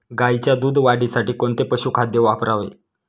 गाईच्या दूध वाढीसाठी कोणते पशुखाद्य वापरावे?